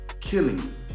killing